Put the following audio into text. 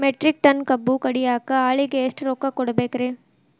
Metric ton ಕಬ್ಬು ಕಡಿಯಾಕ ಆಳಿಗೆ ಎಷ್ಟ ರೊಕ್ಕ ಕೊಡಬೇಕ್ರೇ?